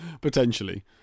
Potentially